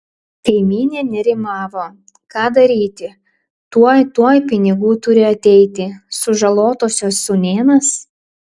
kaimynė nerimavo ką daryti tuoj tuoj pinigų turi ateiti sužalotosios sūnėnas